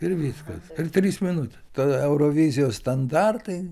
ir viskas per tris minutes ta eurovizijos standartai